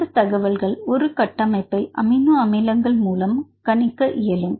இந்தத் தகவல்கள் ஒரு கட்டமைப்பை அமினோ அமிலங்கள் மூலம் கணிக்க இயலும்